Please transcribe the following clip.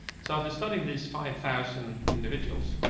so after studying these five thousand individuals,